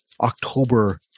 October